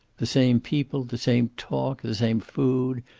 the same people, the same talk, the same food,